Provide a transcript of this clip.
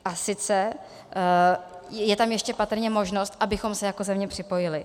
A sice, je tam ještě patrně možnost, abychom se jako země připojili.